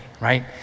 right